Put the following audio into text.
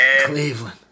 Cleveland